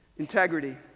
integrity